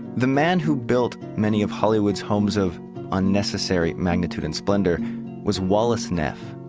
the man who built many of hollywood's homes of unnecessary magnitude and splendor was wallace neff.